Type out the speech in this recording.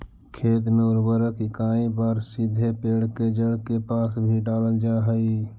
खेत में उर्वरक कईक बार सीधे पेड़ के जड़ के पास भी डालल जा हइ